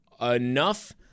enough